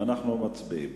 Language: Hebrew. אנחנו מצביעים.